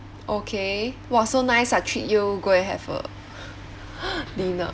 okay !wah! so nice ah treat you go and have a dinner